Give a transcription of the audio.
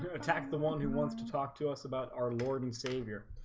attack the one who wants to talk to us about our lord and savior